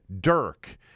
Dirk